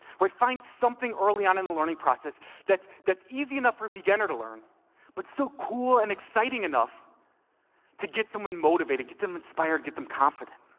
but find something early on in the learning process that's that's easy enough for a beginner to learn but still cool and exciting enough to get someone motivated, get them inspired, get them confident.